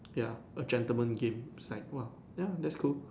ya a gentleman games it's like [wah] ya that's cool